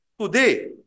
Today